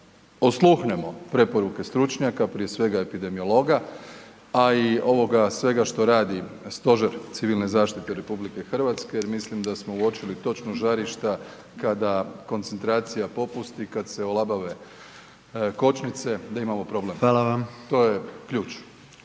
osluhnemo preporuke stručnjaka, prije svega epidemiologa, a i ovoga svega što radi Stožer civilne zaštite RH jer mislim da smo uočili točno žarišta kada koncentracija popusti, kad se olabave kočnice, da imamo problem. .../Upadica: Hvala vam./... To je ključ.